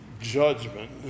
judgment